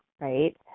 right